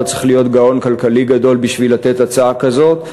לא צריך להיות גאון כלכלי גדול בשביל לתת הצעה כזאת,